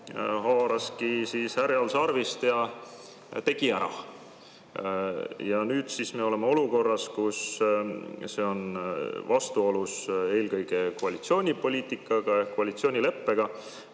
haaras härjal sarvist ja tegi ära. Nüüd me oleme olukorras, kus see on vastuolus eelkõige koalitsiooni poliitikaga, koalitsioonileppega.